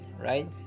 right